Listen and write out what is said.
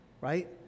right